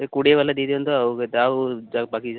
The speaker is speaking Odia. ସେଇ କୋଡ଼ିଏ ଵାଲା ଦେଇ ଦିଅନ୍ତୁ ଆଉ କେତେ ଆଉ ଯୋଉ ବାକି